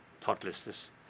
thoughtlessness